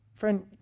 Friend